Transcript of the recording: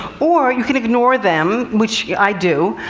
or you can ignore them, which i do,